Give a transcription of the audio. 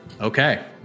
Okay